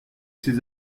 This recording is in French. ses